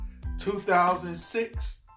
2006